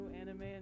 anime